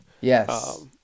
Yes